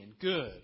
good